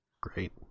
Great